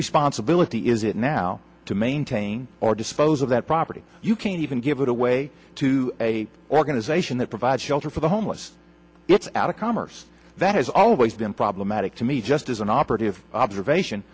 responsibility is it now to maintain or dispose of that property you can't even give it away to a organization that provides shelter for the homeless it's out of commerce that has always been problematic to me just as an operative observation